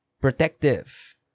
protective